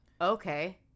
Okay